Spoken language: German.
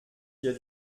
dir